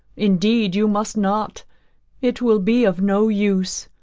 indeed you must not it will be of no use.